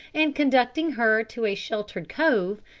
and conducting her to a sheltered cove,